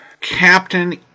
Captain